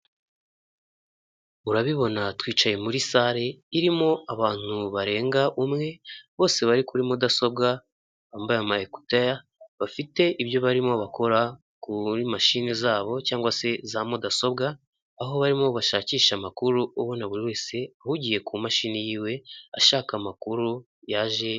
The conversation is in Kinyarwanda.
Urabibona twicaye muri sale irimo abantu barenga umwe bose bari kuri mudasobwa bambaye ama ekuteri, bafite ibyo barimo bakora kuri mashini zabo cyangwa se za mudasobwa, aho barimo bashakisha amakuru ubona buri wese ahugiye ku mashini yiwe ashaka amakuru yaje...